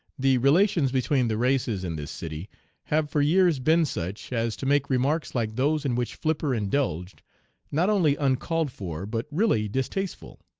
the relations between the races in this city have for years been such as to make remarks like those in which flipper indulged not only uncalled for, but really distasteful.